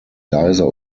leiser